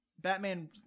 Batman